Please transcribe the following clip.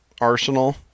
arsenal